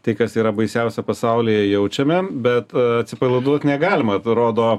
tai kas yra baisiausia pasaulyj jaučiame bet atsipalaiduot negalima tai rodo